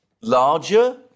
larger